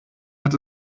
hat